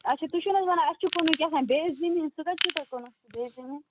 اچھا تُہۍ چھُو نہٕ حظ ونان اَسہِ چھُ کٕنُن کہتام بیٚیہِ زٔمیٖن سُہ کَتہِ چھُو تۄہہِ کٕنُن سُہ بیٚیہِ زٔمیٖن